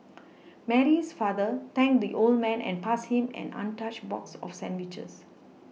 Mary's father thanked the old man and passed him an untouched box of sandwiches